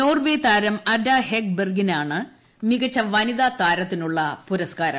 Norway താരം Ada Hegerberg നാണ് മികച്ച വനിതാ താരത്തിനുള്ള പുരസ്കാരം